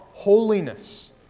Holiness